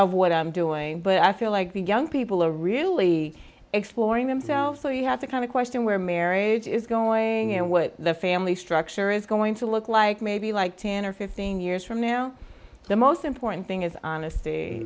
of what i'm doing but i feel like the young people are really exploring themselves so you have to kind of question where marriage is going and what the family structure is going to look like maybe like ten or fifteen years from now the most important thing is honesty